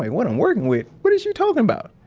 what i'm working with? what is you talking about?